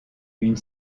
une